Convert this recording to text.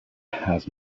has